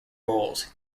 rolls